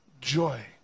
joy